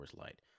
Light